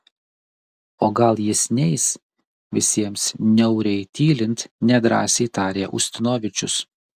o gal jis neis visiems niauriai tylint nedrąsiai tarė ustinovičius